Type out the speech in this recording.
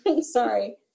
sorry